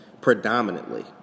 predominantly